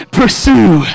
pursue